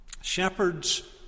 Shepherds